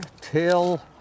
till